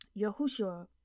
Yahushua